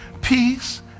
Peace